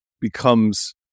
becomes